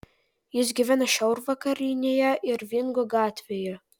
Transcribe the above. jis gyvena šiaurvakarinėje irvingo gatvėje